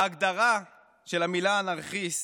ההגדרה של המילה "אנרכיסט"